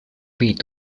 paid